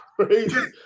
crazy